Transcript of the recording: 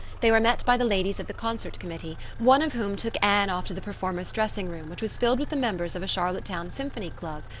they were met by the ladies of the concert committee, one of whom took anne off to the performers' dressing room which was filled with the members of a charlottetown symphony club,